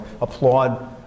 applaud